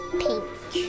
pink